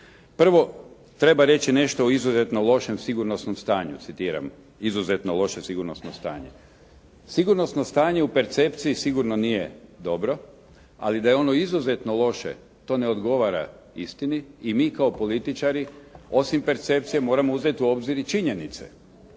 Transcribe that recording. Prvo, treba reći nešto o izuzetno lošem sigurnosnom stanju citiram, “izuzetno loše sigurnosno stanje“. Sigurnosno stanje u percepciji sigurno nije dobro, ali da je ono izuzetno loše to ne odgovara istini i mi kao političari osim percepcije moramo uzeti u obzir i činjenice.